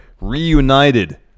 Reunited